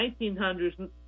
1900s